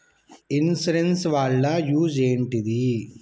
Insurance వాళ్ల use ఏంటిది?